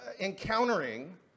Encountering